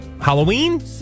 Halloween